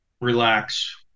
relax